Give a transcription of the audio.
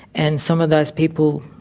and some of those people,